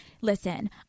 Listen